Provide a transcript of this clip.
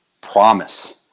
promise